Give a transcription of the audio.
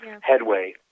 headway